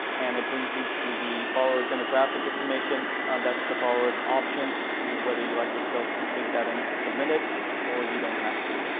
and it brings you to the borrower demographic information that's the borrows option to whether you like to complete that and submit it or you don't have to.